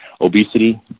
obesity